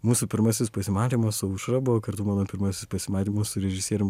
mūsų pirmasis pasimatymas su aušra buvo kartu mano pirmasis pasimatymas su režisierium